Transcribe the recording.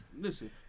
listen